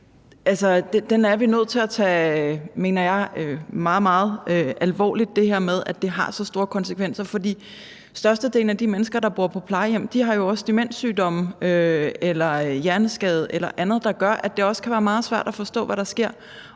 Den er vi nødt til at tage, mener jeg, meget, meget alvorligt. Det har så store konsekvenser, fordi størstedelen af de mennesker, der bor på plejehjem, jo også har demenssygdomme eller hjerneskade eller andet, der gør, at det også kan være meget svært for dem at forstå, hvad der sker,